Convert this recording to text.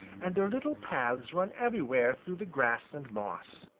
and their little paths run everywhere through the grass and moss.